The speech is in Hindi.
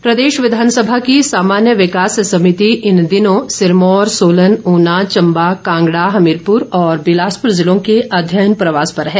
समिति प्रदेश विधानसभा की सामान्य विकास समिति इन दिनों सिरमौर सोलन ऊना चंबा कांगड़ा हमीरपुर और बिलासपुर जिलों के अध्ययन प्रवास पर है